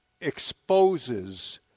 exposes